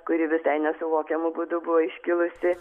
kuri visai nesuvokiamu būdu buvo iškilusi